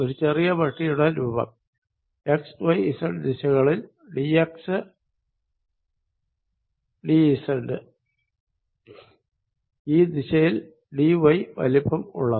ഒരു ചെറിയ പെട്ടിയുടെ രൂപം എക്സ് വൈ സെഡ് ദിശകളിൽ ഡി എക്സ് ഡി സെഡ് ഈ ദിശയിൽ ഡി വൈ വലിപ്പം ഉള്ളത്